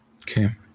Okay